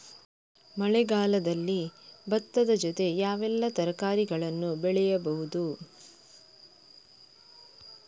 ಮಳೆಗಾಲದಲ್ಲಿ ಭತ್ತದ ಜೊತೆ ಯಾವೆಲ್ಲಾ ತರಕಾರಿಗಳನ್ನು ಬೆಳೆಯಬಹುದು?